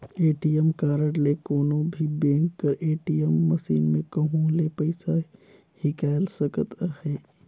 ATM card ले कोनो भी बेंक कर ए.टी.एम मसीन में कहों ले पइसा हिंकाएल सकत अहे